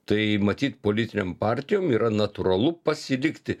tai matyt politinėm partijom yra natūralu pasilikti